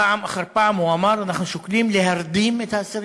פעם אחר פעם הוא אמר: אנחנו שוקלים להרדים את האסירים,